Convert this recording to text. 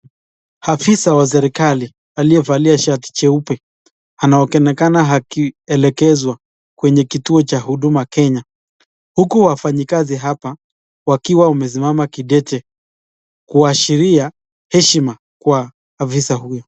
Afisa wa serikali aliyevalia shati jeupe anaonekana akielekezwa kwenye kituo cha Huduma Kenya. Huku wafanyikazi hapa wakiwa wamesimama kidete kuashiria heshima kwa afisa huyu.